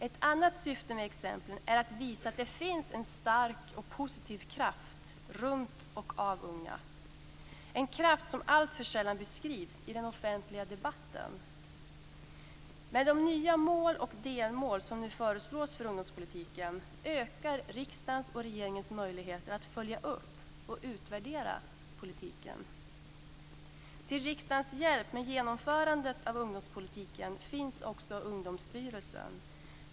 Ett annat syfte med exemplen är att visa att det finns en stark och positiv kraft runt och av unga - en kraft som alltför sällan beskrivs i den offentliga debatten. Med de nya mål och delmål som nu föreslås för ungdomspolitiken ökar riksdagens och regeringens möjligheter att följa upp och utvärdera politiken. Till riksdagens hjälp med genomförandet av ungdomspolitiken finns också Ungdomsstyrelsen.